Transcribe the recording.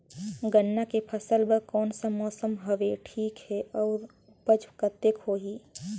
गन्ना के फसल बर कोन सा मौसम हवे ठीक हे अउर ऊपज कतेक होही?